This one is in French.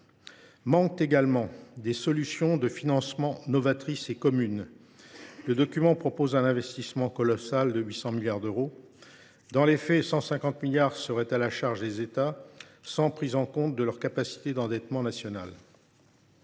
Manquent également des solutions de financement novatrices et communes. Le document propose certes un investissement colossal de 800 milliards d’euros, mais, dans les faits, 150 milliards d’euros seraient à la charge des États, sans prise en compte de leur capacité d’endettement nationale.